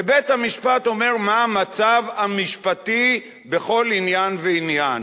ובית-המשפט אומר מה המצב המשפטי בכל עניין ועניין,